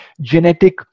genetic